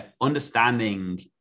understanding